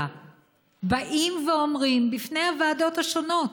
באים ואומרים בפני הוועדות השונות,